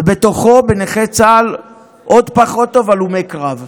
ומבין נכי צה"ל, עוד פחות טוב בהלומי קרב,